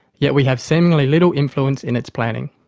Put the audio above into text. yet we have seemingly little influence in its planning.